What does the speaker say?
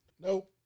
Nope